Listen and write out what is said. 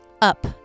up